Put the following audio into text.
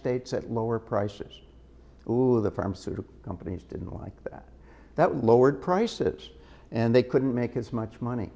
states at lower prices who the pharmaceutical companies didn't like that that lowered prices and they couldn't make as much money